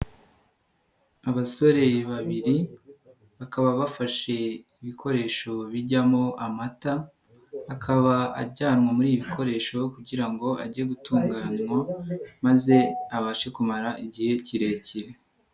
Abasore babiri bakaba bafashe ibikoresho bijyamo amata, akaba ajyanwa muri ibi bikoresho kugira ngo ajye gutunganywa maze abashe kumara igihe kirekire.